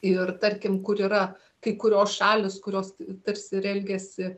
ir tarkim kur yra kai kurios šalys kurios tarsi ir elgiasi